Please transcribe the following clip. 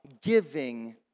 giving